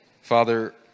Father